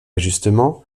ajustements